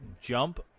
jump